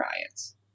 riots